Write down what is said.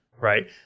Right